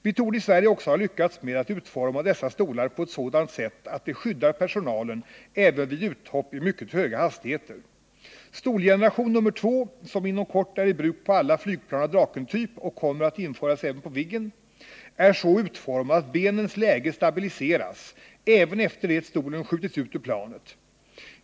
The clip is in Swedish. Vi torde i Sverige också ha lyckats med att utforma dessa stolar på ett sådant sätt att de skyddar personalen även vid uthopp i mycket höga hastigheter. Stolgeneration nr 2, som inom kort är i bruk på alla flygplan av Drakentyp och kommer att införas även på Viggen, är så utformad att benens läge stabiliseras även efter det att stolen skjutits ut ur planet.